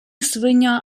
свиня